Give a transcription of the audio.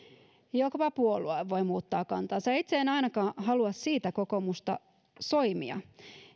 tietoa ja koko puolue voi muuttaa kantaansa ja itse en ainakaan halua siitä kokoomusta soimia